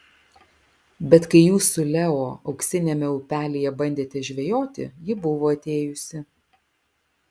bet kai jūs su leo auksiniame upelyje bandėte žvejoti ji buvo atėjusi